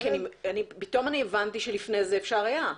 זהו, כי פתאום אני הבנתי שלפני זה אפשר היה,